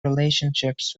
relationships